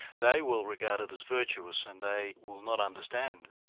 they will regard it as virtuous, and they will not understand,